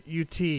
UT